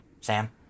Sam